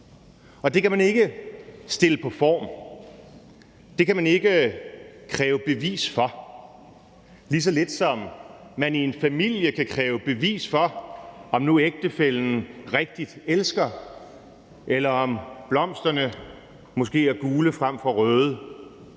Det kan man ikke sætte på formel, det kan man ikke kræve bevis for, lige så lidt som man i en familie kan kræve bevis for, om nu ægtefællen rigtigt elsker, eller om blomsterne måske er gule frem for røde